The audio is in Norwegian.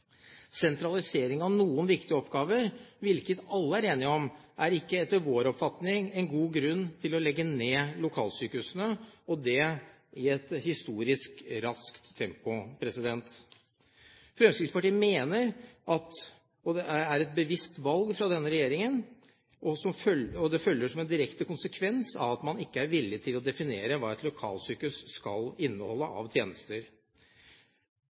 Sentralisering av noen viktige oppgaver, hvilket alle er enige om, er ikke etter vår oppfatning en god grunn til å legge ned lokalsykehus, og det i et historisk raskt tempo. Fremskrittspartiet mener at det er et bevisst valg fra denne regjeringen og følger som en direkte konsekvens av at man ikke er villig til å definere hva et lokalsykehus skal inneholde av tjenester.